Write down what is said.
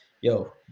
yo